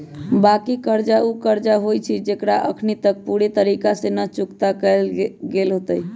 बाँकी कर्जा उ कर्जा होइ छइ जेकरा अखनी तक पूरे तरिका से न चुक्ता कएल गेल होइत